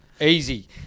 Easy